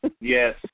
Yes